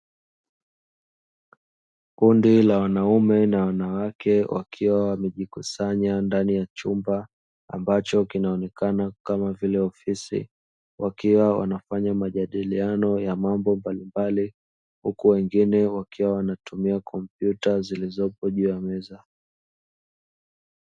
Kundi la wanaume na wanawake wakiwa wamejikusanya ndani ya chumba ambacho kinaonekana kama vile ofisi, wakiwa wanafanya majadiliano ya mambo mbalimbali huku wengine wakiwa wanatumia kompyuta zilizopo juu ya meza.